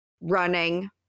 running